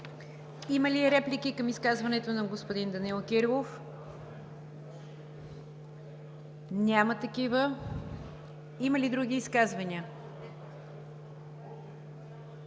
Има ли реплики към изказването на господин Данаил Кирилов? Няма такива. Има ли други изказвания?